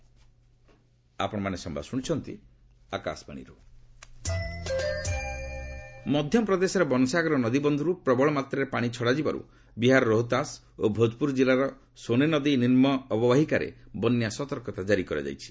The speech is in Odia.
ବିହାର୍ ପ୍ଲୁଡ୍ ମଧ୍ୟପ୍ରଦେଶର ବନସାଗର ନଦୀବନ୍ଧରୁ ପ୍ରବଳମାତ୍ରାରେ ପାଣି ଛଡାଯିବାରୁ ବିହାରର ରୋହତାଶ ଓ ଭୋକପୁର ଜିଲ୍ଲାର ସୋନେ ନଦୀ ନିମ୍ବ ଅବବାହିକାରେ ବନ୍ୟା ସତର୍କତା କାରି କରାଯାଇଛି